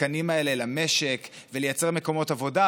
התקנים האלה למשק ולייצר מקומות עבודה,